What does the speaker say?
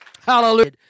Hallelujah